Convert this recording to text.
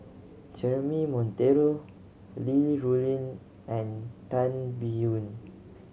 Jeremy Monteiro Li Rulin and Tan Biyun